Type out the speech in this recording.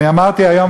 אמרתי היום,